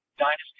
dynasty